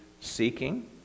seeking